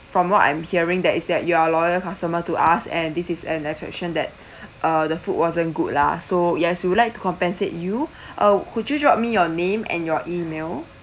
from what I'm hearing that is that you are loyal customer to us and this is an attraction that uh the food wasn't good lah so yes we would like to compensate you uh could you drop me your name and your email